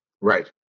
Right